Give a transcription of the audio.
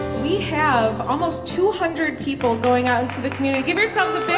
we have almost two hundred people, going out into the community. give yourselves a big